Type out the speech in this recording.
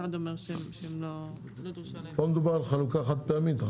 המשרד אומר שהם לא --- פה מדובר על חלוקה חד-פעמית,